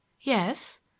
Yes